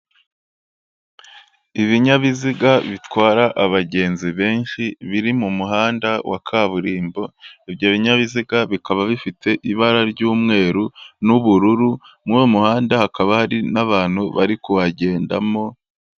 Ibinyabiziga bitwara abagenzi benshi biri mu muhanda wa kaburimbo, ibyo binyabiziga bikaba bifite ibara ry'umweru n'ubururu, muri uwo muhanda hakaba hari n'abantu bari kuhagendamo.